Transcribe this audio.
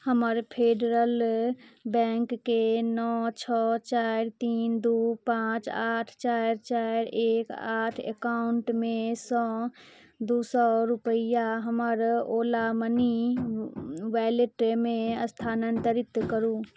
हमर फेडरल बैँकके नओ छओ चारि तीन दुइ पाँच आठ चारि चारि एक आठ एकाउण्टमेसँ दुइ सओ रुपैआ हमर ओला मनी वालेटमे स्थानान्तरित करू